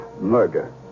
murder